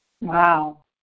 Wow